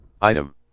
Item